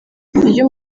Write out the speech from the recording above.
iyo